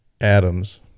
atoms